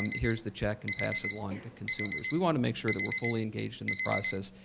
um here's the check and pass it along to consumers. we want to make sure that we are fully engaged in the process,